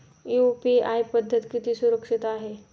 UPI पद्धत किती सुरक्षित आहे?